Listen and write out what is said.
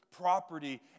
property